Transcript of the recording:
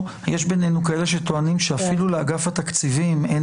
יש ביננו כאלה שטוענים שאפילו לאגף התקציבים אין